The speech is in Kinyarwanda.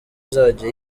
izajya